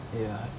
ya